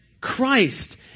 Christ